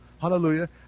hallelujah